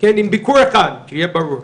כפל התפקידים עם ביקור אחד, שיהיה ברור.